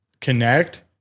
connect